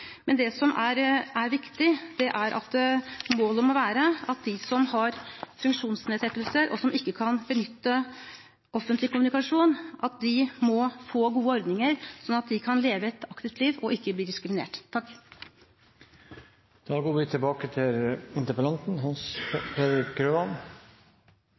men målet må være at de som har funksjonsnedsettelser, og som ikke kan benytte offentlig kommunikasjon, må få gode ordninger, slik at de kan leve et aktivt liv og ikke bli diskriminert. Jeg synes det har vært en nyttig og interessant debatt om et veldig viktig tema som jeg opplever at vi